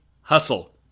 Hustle